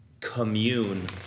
commune